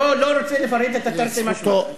אני לא רוצה לפרט את התרתי משמע.